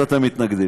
אז אתם מתנגדים.